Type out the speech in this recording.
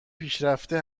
پیشرفته